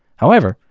however,